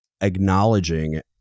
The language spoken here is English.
acknowledging